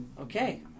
okay